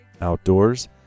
Outdoors